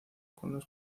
con